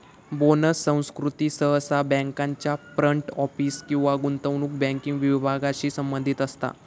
bonus संस्कृती सहसा बँकांच्या फ्रंट ऑफिस किंवा गुंतवणूक बँकिंग विभागांशी संबंधित असता